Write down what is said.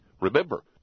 remember